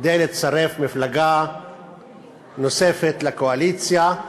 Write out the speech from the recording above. כדי לצרף מפלגה נוספת לקואליציה,